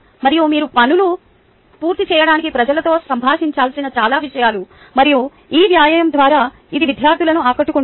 మరియు మీరు పనులు పూర్తి చేయడానికి ప్రజలతో సంభాషించాల్సిన చాలా విషయాలు మరియు ఈ వ్యాయామం ద్వారా ఇది విద్యార్థులను ఆకట్టుకుంటుంది